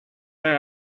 they